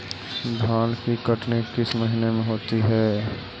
धान की कटनी किस महीने में होती है?